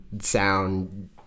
sound